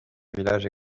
village